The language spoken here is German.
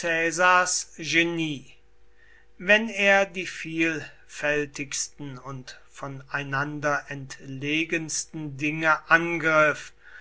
genie wenn er die vielfältigsten und voneinander entlegensten dinge angriff